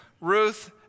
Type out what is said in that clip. Ruth